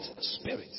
spirit